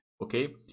okay